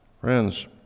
Friends